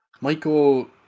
Michael